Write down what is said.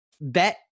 bet